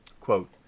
Quote